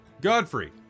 Godfrey